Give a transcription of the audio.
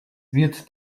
wird